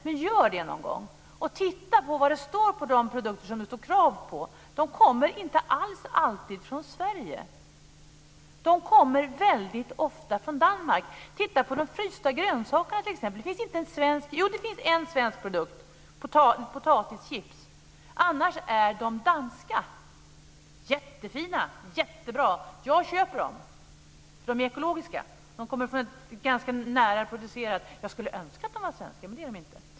Men gör det någon gång, och titta vad det står på de produkter som det står KRAV på! De kommer inte alls alltid från Sverige. De kommer väldigt ofta från Danmark. Titta på de frysta grönsakerna t.ex. Det finns en enda svensk produkt - potatischips. Annars är de danska jättefina och jättebra. Jag köper dem eftersom de är ekologiska. De är producerade ganska nära. Jag skulle önska att de var svenska, men det är de inte.